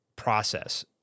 Process